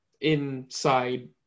inside